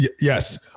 Yes